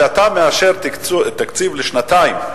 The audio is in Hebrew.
כשאתה מאשר תקציב לשנתיים,